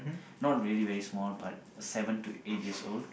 not really very small but seven to eight years old